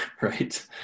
right